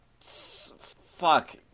fuck